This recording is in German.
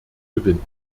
gewinnt